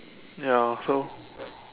ya so